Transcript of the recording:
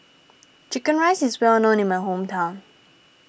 Chicken Rice is well known in my hometown